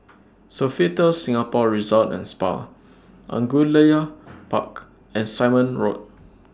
Sofitel Singapore Resort and Spa Angullia Park and Simon Road